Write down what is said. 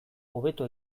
hobeto